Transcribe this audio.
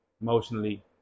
emotionally